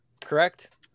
correct